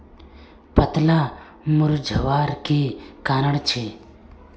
पत्ताला मुरझ्वार की कारण छे?